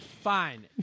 Fine